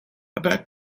about